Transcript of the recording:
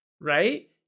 Right